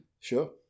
Sure